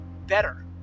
better